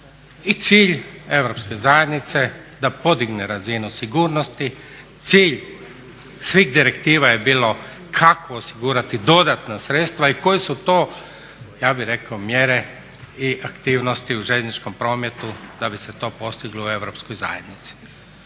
I cilj Europske zajednice da podigne razinu sigurnosti, cilj svih direktiva je bilo kako osigurati dodatna sredstva i koje su to ja bih rekao mjere i aktivnosti u željezničkom prometu da bi se to postiglo u Europskoj zajednici.